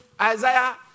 Isaiah